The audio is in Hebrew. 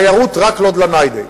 תיירות, רק לא דלא ניידי.